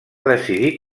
decidir